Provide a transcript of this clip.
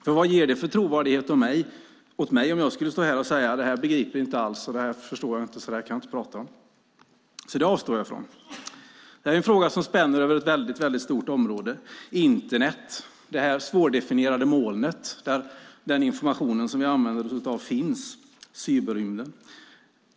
För vad ger det för trovärdighet åt mig om jag skulle stå här och säga att det här begriper jag inte alls och det här förstår jag inte så det här kan jag inte prata om? Det avstår jag ifrån. Det här är en fråga som spänner över ett väldigt stort område. Internet, det här svårdefinierade molnet där den information vi använder oss av finns - cyberrymden.